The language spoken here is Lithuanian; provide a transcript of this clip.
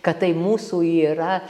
kad tai mūsų yra